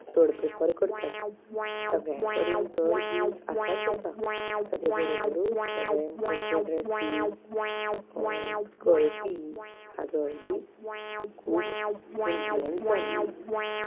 चड प्रिफर करतात सगळ्यां कडेन तर जिन्स आसाच आसा ताजे बरोबरूच सगळें मोटवे ड्रॅसीस स्कर्टी हाजोय बी खूब इन्फ्लुयन्स जाला